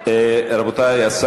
רבותי,